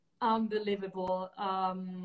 unbelievable